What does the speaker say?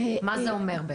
מה זה אומר.